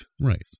Right